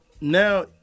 now